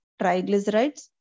triglycerides